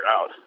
out